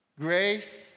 grace